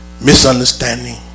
misunderstanding